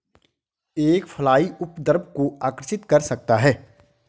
एक फ्लाई उपद्रव को आकर्षित कर सकता है?